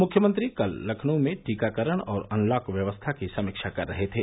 मुख्यमंत्री कल लखनऊ में टीकाकरण और अनलॉक व्यवस्था की समीक्षा कर रहे थे